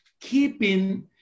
keeping